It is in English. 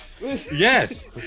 Yes